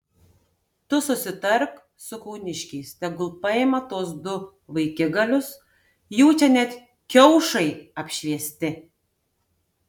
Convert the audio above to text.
tu susitark su kauniškiais tegul paima tuos du vaikigalius jų čia net kiaušai apšviesti